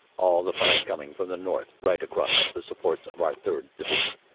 all the fire coming from the north right across the supports of our third. division,